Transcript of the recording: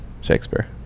Shakespeare